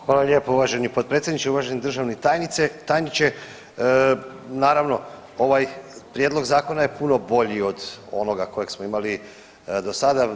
Hvala lijepo uvaženi potpredsjedniče, uvaženi državni tajniče, naravno ovaj prijedlog Zakona je puno bolji od onoga kojeg smo imali do sada.